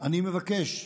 אני מבקש: